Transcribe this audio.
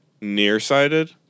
nearsighted